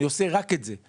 אני עושה רק את זה,